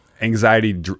anxiety